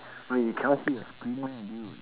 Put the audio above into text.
wait you cannot see the screen meh dude